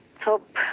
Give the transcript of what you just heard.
top